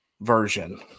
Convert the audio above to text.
version